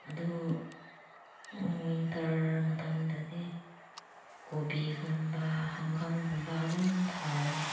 ꯑꯗꯨ ꯋꯤꯟꯇꯔ ꯃꯇꯝꯗꯗꯤ ꯀꯣꯕꯤꯒꯨꯝꯕ ꯍꯪꯒꯥꯝꯒꯨꯝꯕ ꯑꯗꯨꯝ ꯊꯥꯔꯒ